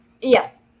Yes